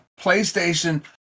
PlayStation